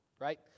right